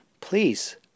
Please